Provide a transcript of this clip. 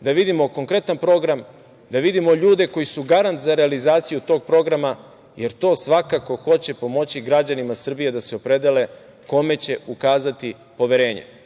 da vidimo konkretan program, da vidimo ljude koji su garant za realizaciju tog programa, jer to svakako hoće pomoći građanima Srbije da se opredele kome će ukazati poverenje.